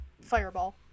fireball